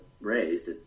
raised